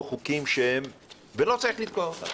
או חוקים שלא צריך לתקוע אותם,